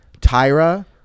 Tyra